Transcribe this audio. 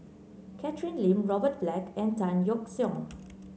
Catherine Lim Robert Black and Tan Yeok Seong